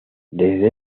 desde